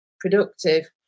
productive